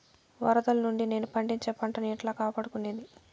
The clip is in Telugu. వరదలు నుండి నేను పండించే పంట ను ఎట్లా కాపాడుకునేది?